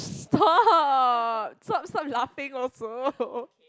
stop stop stop laughing also